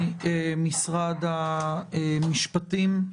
ממשרד המשפטים,